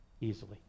easily